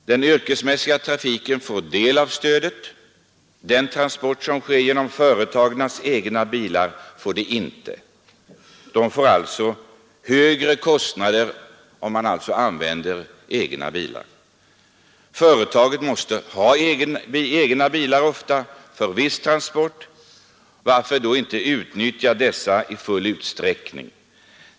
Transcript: Den yrkesmässiga trafiken får del av stödet. De transporter som sker med företagens egna bilar får det inte. Man får alltså större kostnader om man använder egen bil. Företagen måste ofta ha egna bilar för viss transport. Varför då inte utnyttja dessa i full utsträckning?